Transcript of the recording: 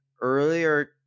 earlier